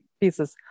pieces